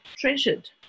treasured